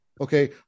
Okay